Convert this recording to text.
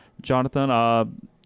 Jonathan